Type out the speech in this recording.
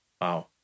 Wow